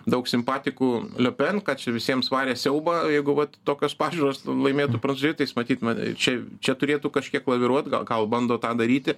daug simpatikų liopen kad čia visiems varė siaubą jeigu vat tokios pažiūros laimėtų prancūzijoj tai jis matyt mat čia čia turėtų kažkiek laviruot ga gal bando tą daryti